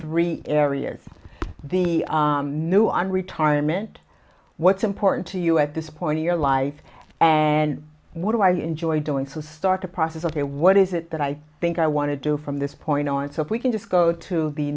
three areas the new and retirement what's important to you at this point in your life and what do i enjoy doing so start the process of what is it that i think i want to do from this point on so if we can just go to the